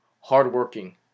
Hardworking